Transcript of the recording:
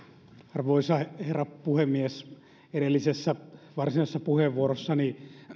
arvoisa herra puhemies kun edellisessä varsinaisessa puheenvuorossani